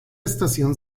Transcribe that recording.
estación